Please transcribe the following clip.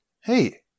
hey